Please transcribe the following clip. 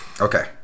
Okay